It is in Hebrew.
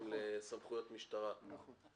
המנהל לנציג המשטרה וההחלטה היא שונה לכאן או לכאן,